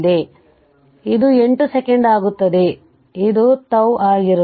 ಆದ್ದರಿಂದ ಇದು 8 ಸೆಕೆಂಡ್ ಆಗುತ್ತದೆ ಇದು τ ಆಗಿರುತ್ತದೆ